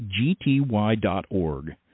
gty.org